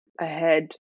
ahead